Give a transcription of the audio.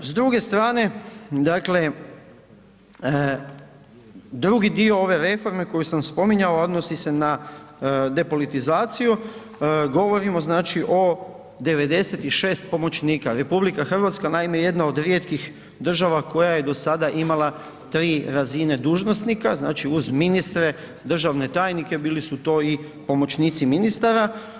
S druge strane, dakle drugi dio ove reforme koju sam spominjao odnosi se na depolitizaciju, govorimo znači o 96 pomoćnika, RH je naime jedna od rijetkih država koja je do sada imala 3 razine dužnosnika, znači uz ministre, državne tajnike, bili su to i pomoćnici ministara.